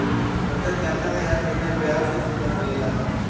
बचत खाता में हर महिना ब्याज के सुविधा मिलेला का?